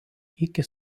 iki